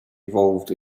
evolved